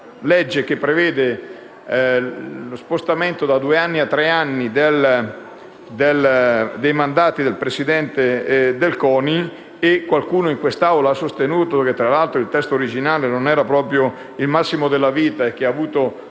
una legge che prevede lo spostamento da due a tre anni dei mandati del Presidente del CONI (e qualcuno in quest'Aula ha sostenuto anche che il testo originale non era proprio il massimo della vita e ha subito